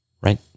Right